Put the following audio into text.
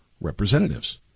representatives